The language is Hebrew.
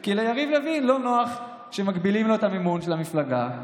כי ליריב לוין לא נוח שמגבילים לו את המימון של המפלגה,